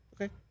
Okay